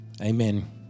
Amen